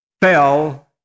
fell